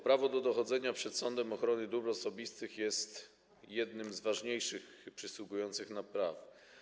Prawo do dochodzenia przed sądem ochrony dóbr osobistych jest jednym z ważniejszych przysługujących nam praw.